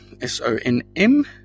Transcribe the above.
S-O-N-M